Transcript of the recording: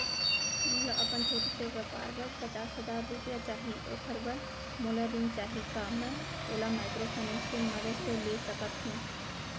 मोला अपन छोटे से व्यापार बर पचास हजार रुपिया चाही ओखर बर मोला ऋण चाही का मैं ओला माइक्रोफाइनेंस के मदद से ले सकत हो?